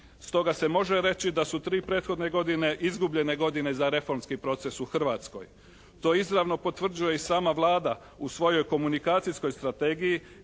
Stoga se može reći da su tri prethodne godine, izgubljene godine za reformski proces u Hrvatskoj. To izravno potvrđuje i sama Vlada u svojoj komunikacijskoj strategiji,